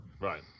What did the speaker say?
Right